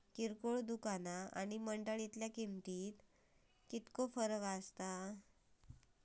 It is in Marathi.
किरकोळ दुकाना आणि मंडळीतल्या किमतीत कितको फरक असता?